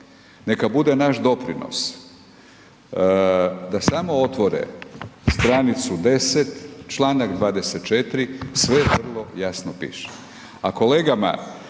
neka bude naš doprinos da samo otvore stranicu 10. Članak 24., sve drugo jasno piše.